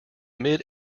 mid